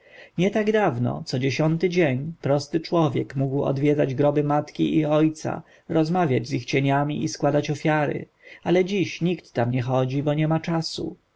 nie tak dawno co dziesiąty dzień prosty człowiek mógł odwiedzać groby matki i ojca rozmawiać z ich cieniami i składać ofiary ale dziś nikt tam nie chodzi bo nie ma czasu